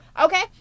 Okay